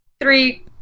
three